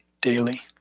daily